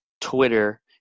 twitter